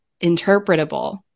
interpretable